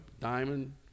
diamond